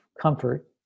comfort